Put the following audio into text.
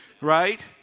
right